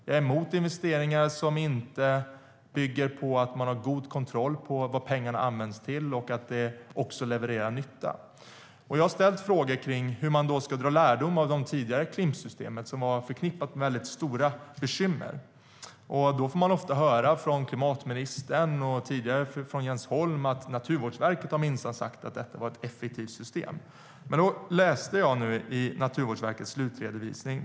Jag är emot investeringar som inte bygger på att man har god kontroll på vad pengarna används till och att de också levererar nytta. Jag har ställt frågor om hur man ska dra nytta av det tidigare Klimpsystemet som var förknippat med väldigt stora bekymmer. Då får man ofta höra från klimatministern, och tidigare från Jens Holm, att Naturvårdsverket minsann har sagt att detta var ett effektivt system. Jag läste Naturvårdsverkets slutredovisning.